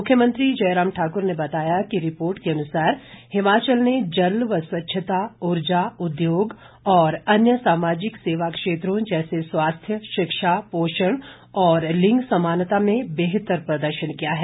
मुख्यमंत्री जयराम ठाकुर ने बताया कि रिपोर्ट के अनुसार हिमाचल ने जल व स्वच्छता उर्जा उद्योग और अन्य सामाजिक सेवा क्षेत्रों जैसे स्वास्थ्य शिक्षा पोषण और लिंग समानता में बेहतर प्रदर्शन किया है